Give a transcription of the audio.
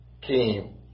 came